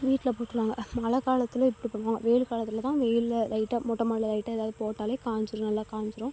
வீட்டில் போட்டுருவாங்க மழைக் காலத்தில் இப்படி பண்ணுவாங்க வெயில் காலத்தில் தான் வெயிலில் லைட்டாக மொட்டை மாடியில் லைட்டாக எதாவது போட்டாலே காஞ்சிடும் நல்லா காஞ்சிடும்